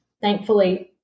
thankfully